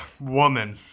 Woman